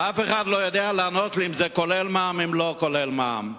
ואף אחד לא יכול לענות לי אם זה כולל מע"מ או לא כולל מע"מ.